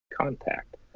contact